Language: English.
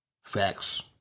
Facts